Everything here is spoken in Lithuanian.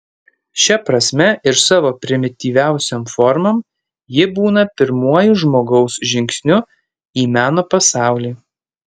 šia prasme ir savo primityviausiom formom ji būna pirmuoju žmogaus žingsniu į meno pasaulį